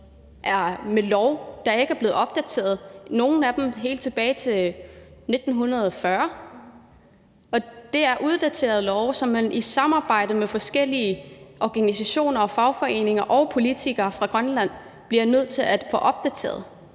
lovgivning, der ikke er blevet opdateret – i nogle tilfælde ikke siden 1940. Der er tale om uddaterede love, som man i samarbejde med forskellige organisationer, fagforeninger og politikere fra Grønland bliver nødt til at få opdateret.